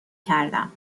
کردم